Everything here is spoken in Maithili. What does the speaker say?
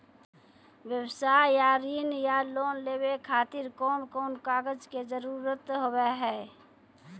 व्यवसाय ला ऋण या लोन लेवे खातिर कौन कौन कागज के जरूरत हाव हाय?